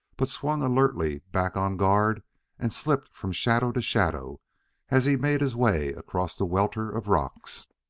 but swung alertly back on guard and slipped from shadow to shadow as he made his way across the welter of rocks.